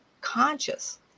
conscious